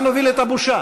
לאן נוביל את הבושה?